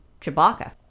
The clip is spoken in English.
Chewbacca